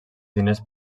diners